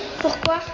pourquoi